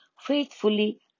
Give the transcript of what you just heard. faithfully